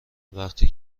وقتی